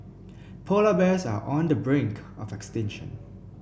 polar bears are on the brink of extinction